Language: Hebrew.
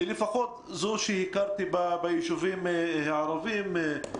לפחות זו שהכרתי ביישובים הערבים.